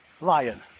Lion